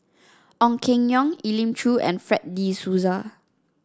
Ong Keng Yong Elim Chew and Fred De Souza